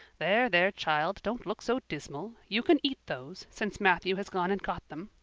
there, there, child, don't look so dismal. you can eat those, since matthew has gone and got them.